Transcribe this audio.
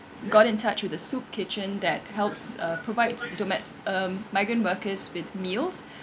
got in touch with a soup kitchen that helps uh provides domes~ um migrant workers with meals